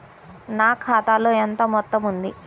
నా ఖాతాలో ఎంత మొత్తం ఉంది?